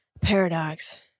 Paradox